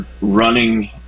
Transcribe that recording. running